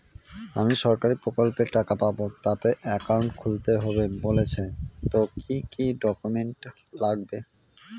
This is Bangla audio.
আমি সরকারি প্রকল্পের টাকা পাবো তাতে একাউন্ট খুলতে হবে বলছে তো কি কী ডকুমেন্ট লাগবে?